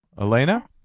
Elena